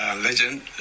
legend